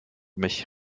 mich